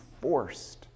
forced